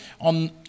on